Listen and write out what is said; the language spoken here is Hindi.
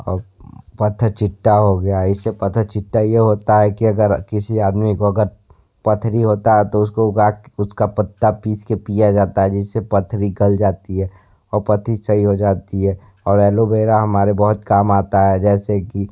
औ पत्थरचट्टा हो गया इसे पत्थरचट्टा यह होता है कि अगर किसी आदमी को अगर पथरी होता है तो उसको उगा कर उसका पत्ता पीस कर पिया जाता है जिससे पथरी निकल जाती है और पथरी सही हो जाती है और एलोवेरा हमारे बहुत काम आता है जैसे कि